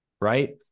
Right